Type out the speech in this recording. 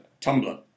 Tumblr